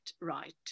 right